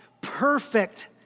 perfect